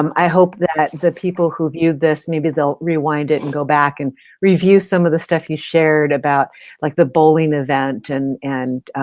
um i hope that the people who view this, maybe they'll rewind it and go back and review some of the stuff you shared about like the bowling event and and